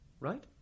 right